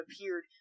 appeared